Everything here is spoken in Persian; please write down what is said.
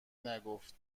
نگفت